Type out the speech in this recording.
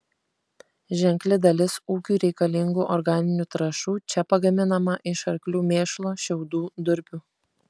ženkli dalis ūkiui reikalingų organinių trąšų čia pagaminama iš arklių mėšlo šiaudų durpių